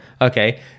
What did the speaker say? okay